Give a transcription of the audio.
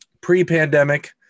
pre-pandemic